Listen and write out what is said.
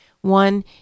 One